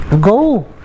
go